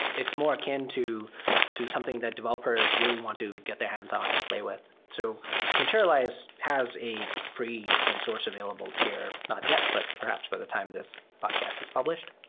it's more akin to to something that developers really want to get their hands on and play with. materialize has a free and source available tier, not yet, but perhaps by the time this podcast is published.